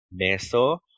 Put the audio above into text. Meso